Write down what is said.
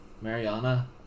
Mariana